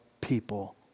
people